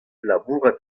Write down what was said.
labourat